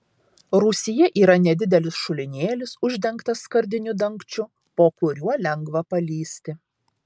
rūsyje yra nedidelis šulinėlis uždengtas skardiniu dangčiu po kuriuo lengva palįsti